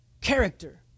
character